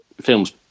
films